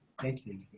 thank you.